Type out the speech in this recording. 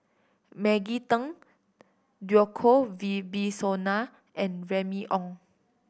Maggie Teng Djoko Wibisono and Remy Ong